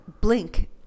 blink